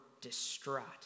distraught